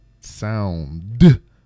sound